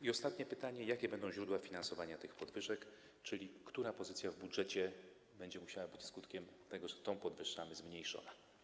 I ostatnie pytanie: Jakie będą źródła finansowania tych podwyżek, czyli która pozycja w budżecie będzie musiała być skutkiem tego, że tę podwyższamy, zmniejszona?